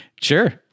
Sure